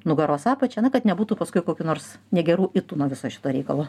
nugaros apačią na kad nebūtų paskui kokių nors negerų itų nuo viso šito reikalo